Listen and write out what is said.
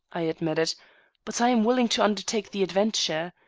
i admitted but i am willing to undertake the adventure.